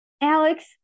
Alex